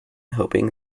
hoping